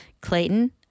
Clayton